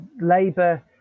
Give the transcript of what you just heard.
Labour